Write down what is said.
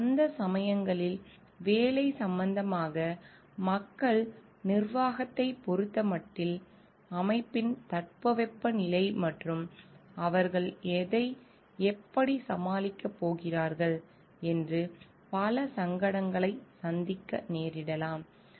அந்தச் சமயங்களில் வேலை சம்பந்தமாக மக்கள் நிர்வாகத்தைப் பொறுத்தமட்டில் அமைப்பின் தட்பவெப்பநிலை மற்றும் அவர்கள் அதை எப்படிச் சமாளிக்கப் போகிறார்கள் என்று பல சங்கடங்களைச் சந்திக்க நேரிடலாம்